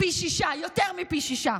פי שישה, יותר מפי שישה.